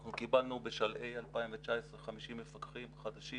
אנחנו קיבלנו בשלהי 2019 50 מפקחים חדשים,